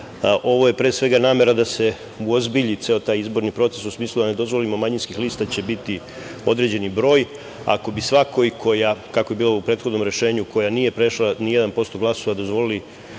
je pre svega namera da se uozbilji ceo taj izborni proces, u smislu da ne dozvolimo, manjinskih lista će biti određeni broj, ako bi svakoj koja, kako je bilo u prethodnom rešenju, koja nije prešla ni 1% glasova dozvolili